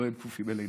לא הם כפופים אלינו.